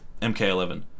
MK11